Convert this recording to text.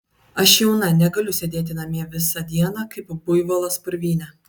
aš jauna negaliu sėdėti namie visą dieną kaip buivolas purvyne